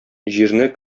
җирне